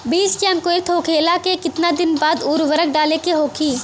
बिज के अंकुरित होखेला के कितना दिन बाद उर्वरक डाले के होखि?